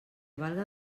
valga